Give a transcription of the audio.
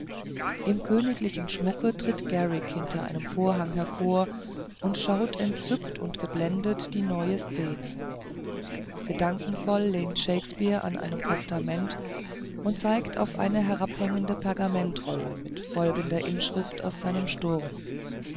im königlichen schmucke tritt garrick hinter einem vorhange hervor und schaut entzückt und geblendet die neue szene gedankenvoll lehnt shakespeare an einem postament und zeigt auf eine herabhängende pergamentrolle mit folgender inschrift aus seinem sturm